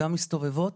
גם מסתובבות